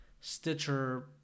Stitcher